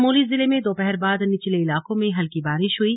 चमोली जिले में दोपहर बाद निचले इलाकों मे हल्की बारिश हुई